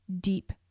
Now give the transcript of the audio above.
deep